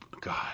God